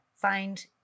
find